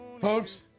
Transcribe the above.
Folks